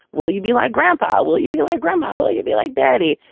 will you be like, grandpa? will you be like grandma? will you be like daddy?